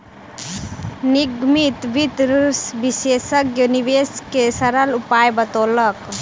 निगमित वित्त विशेषज्ञ निवेश के सरल उपाय बतौलक